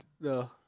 No